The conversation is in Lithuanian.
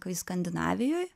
kai skandinavijoj